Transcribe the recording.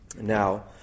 Now